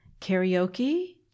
Karaoke